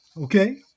Okay